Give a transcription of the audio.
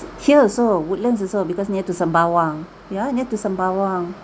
here also woodlands also because near to sembawang ya near to sembawang